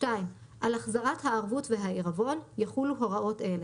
על החזרת הערבות והעירבון יחולו הוראות אלה: